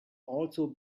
also